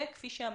כפי שאמרת,